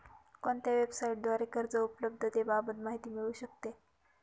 कोणत्या वेबसाईटद्वारे कर्ज उपलब्धतेबाबत माहिती मिळू शकते?